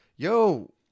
Yo